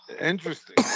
interesting